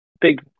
big